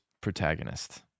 protagonist